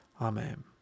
Amen